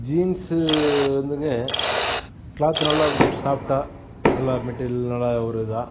jeans வந்துங்க cloth நல்லாயிருக்கும் சாஃப்டாக நல்லா மெட்டீரியல் நல்லா ஒரு இதாக